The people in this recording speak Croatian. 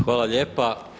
Hvala lijepa.